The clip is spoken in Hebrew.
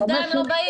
בעובדה, לא באים.